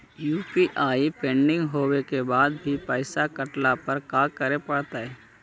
UPI pending होवे के बाद भी पैसा कटला पर का करे पड़तई?